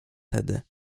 tedy